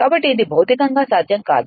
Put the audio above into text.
కాబట్టి ఇది భౌతికంగాసాధ్యం కాదు